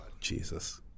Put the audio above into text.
Jesus